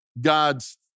God's